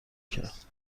کرد